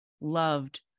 loved